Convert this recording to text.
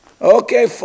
Okay